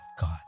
God